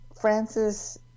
Francis